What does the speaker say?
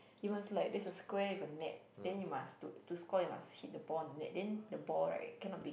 you must like there's a square with a net then you must to to score you must hit the ball on the net then the ball right cannot be